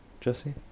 Jesse